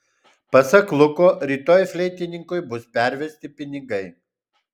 pasak luko rytoj fleitininkui bus pervesti pinigai